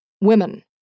Women